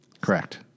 Correct